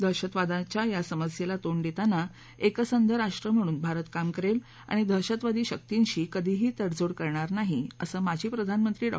दहशतवादाच्या या समस्येला तोंड देताना एकसंध राष्ट्र म्हणून भारत काम करेल आणि दहशतवादी शर्कींशी कधीही तडजोड करणार नाही असं माजी प्रधानमंत्री डॉ